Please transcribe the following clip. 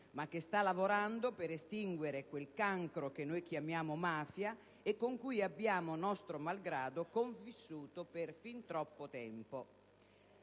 e che sta lavorando per estinguere quel cancro che noi chiamiamo mafia e con cui abbiamo - nostro malgrado - convissuto per fin troppo tempo.